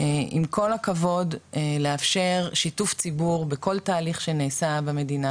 עם כל הכבוד לאפשר שיתוף ציבור בכל תהליך שנעשה במדינה,